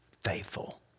faithful